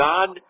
God